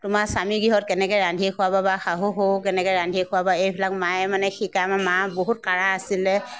তোমাৰ স্বামীগৃহত কেনেকৈ ৰান্ধি খুৱাবা বা শাহু শহুক কেনেকৈ ৰান্ধি খুৱাবা এইবিলাক মায়ে মানে শিকায় আমাৰ মা বহুত কাঢ়া আছিলে